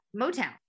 Motown